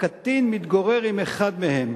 והקטין מתגורר עם אחד מהם.